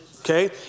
okay